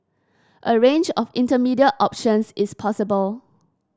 a range of intermediate options is possible